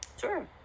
Sure